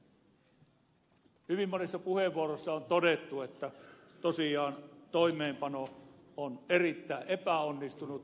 hyvin monissa puheenvuoroissa on todettu että tosiaan toimeenpano on erittäin epäonnistunut